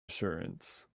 assurance